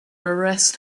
arrest